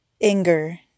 anger